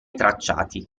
tracciati